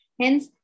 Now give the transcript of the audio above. Hence